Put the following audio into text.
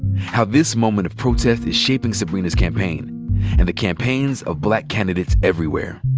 how this moment of protest is shaping sybrina's campaign and the campaigns of black candidates everywhere.